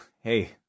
hey